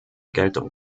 geltung